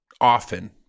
often